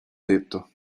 tetto